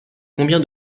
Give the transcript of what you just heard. combien